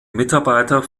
mitarbeiter